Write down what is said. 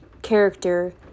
character